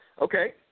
Okay